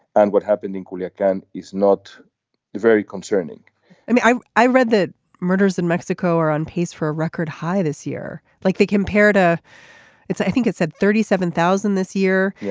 and what happened equally again is not very concerning i mean i i read the murders in mexico are on pace for a record high this year. like they compare to it's i think it's at thirty seven thousand this year.